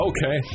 Okay